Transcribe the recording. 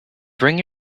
bring